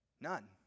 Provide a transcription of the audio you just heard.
none